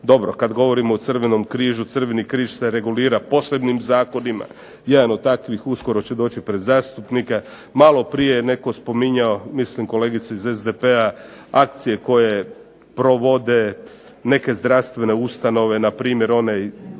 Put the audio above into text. Dobro kad govorimo o Crvenom križu, Crveni križ se regulira posebnim zakonima. Jedan od takvih uskoro će doći pred zastupnike. Maloprije je netko spominjao, mislim kolegica iz SDP-a akcije koje provode neke zdravstvene ustanove, npr. one